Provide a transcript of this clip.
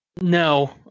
no